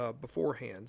beforehand